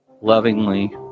lovingly